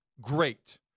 great